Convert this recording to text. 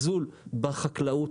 זה נראה לי זלזול בחקלאות.